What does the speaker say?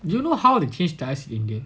do you know how they change tyres in india